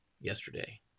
yesterday